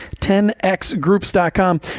10XGroups.com